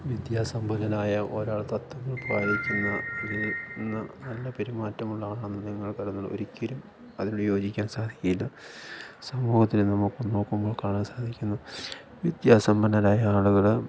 വിദ്യാസമ്പന്നനായ ഒരാൾ തത്വങ്ങൾ പാലിക്കുന്നതിൽ നിന്ന് നല്ല പെരുമാറ്റമുള്ളയാളാണെന്ന് നിങ്ങൾ കരുതുന്നുണ്ടോ ഒരിക്കലും അതിനോട് യോജിക്കാൻ സാധിക്കുകയില്ല സമൂഹത്തില് നമുക്ക് നോക്കുമ്പോൾ കാണാൻ സാധിക്കുന്ന വിദ്യാസമ്പന്നരായ ആളുകള്